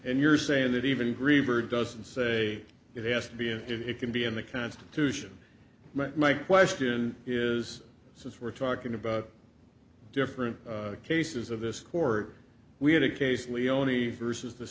you're saying that even greenberg doesn't say it has to be and it can be in the constitution but my question is since we're talking about different cases of this court we had a case leoni versus the